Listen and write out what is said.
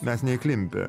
mes neįklimpę